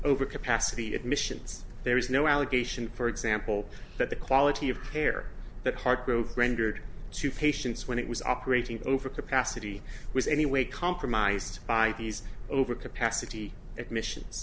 over capacity admissions there is no allegation for example that the quality of care that hargrove rendered to patients when it was operating over capacity was anyway compromised by these overcapacity admissions